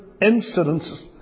incidents